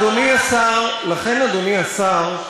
אדוני השר,